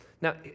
Now